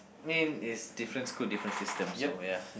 I mean it's different school different system so ya